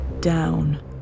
down